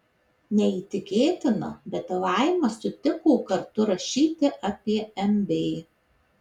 neįtikėtina bet laima sutiko kartu rašyti apie mb